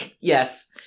Yes